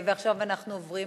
ועכשיו אנחנו עוברים